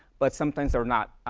but sometimes they're not.